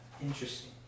Interesting